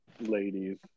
Ladies